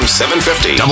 750